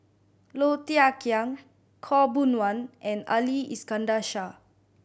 Low Thia Khiang Khaw Boon Wan and Ali Iskandar Shah